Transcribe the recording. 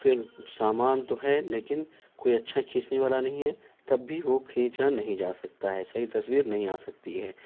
پھر سامان تو ہے لیکن کوئی اچھا کھینچنے والا نہیں ہے تب بھی وہ کھینچا نہیں جا سکتا ہے صحیح تصویر نہیں آ سکتی ہے